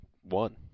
one